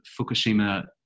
Fukushima